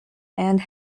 and